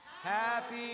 Happy